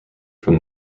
from